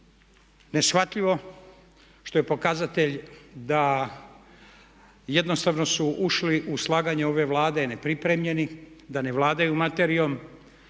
neshvatljivo, što je pokazatelj da jednostavno su ušli u slaganje ove Vlade nepripremljeni, da ne vladaju materijom